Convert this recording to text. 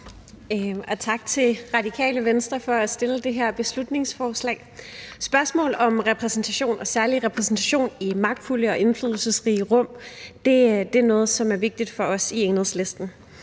tak til Radikale Venstre for at fremsætte det her beslutningsforslag. Spørgsmål om repræsentation og særlig repræsentation i magtfulde og indflydelsesrige rum er noget, som er vigtigt for os i Enhedslisten.